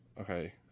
Okay